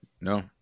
No